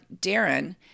darren